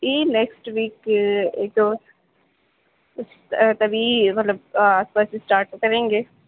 جی next week کے تو کچھ تبھی مطلب آس پاس اسٹاٹ کریں گے